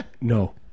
no